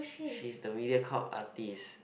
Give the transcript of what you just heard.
she's the Mediacorp artist